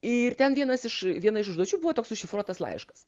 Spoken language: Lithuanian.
ir ten vienas iš viena iš užduočių buvo toks užšifruotas laiškas